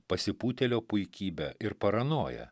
pasipūtėlio puikybę ir paranoją